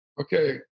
Okay